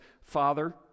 Father